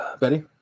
Betty